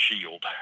Shield